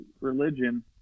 religion